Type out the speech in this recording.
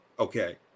Okay